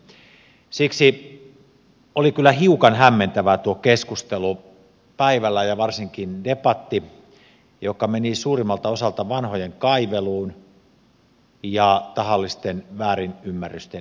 siksi oli kyllä hiukan hämmentävä tuo keskustelu päivällä ja varsinkin debatti joka meni suurimmalta osalta vanhojen kaiveluun ja tahallisten väärinymmärrysten esittämiseen